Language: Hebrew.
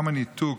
כמה ניתוק.